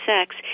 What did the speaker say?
sex